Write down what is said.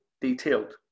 detailed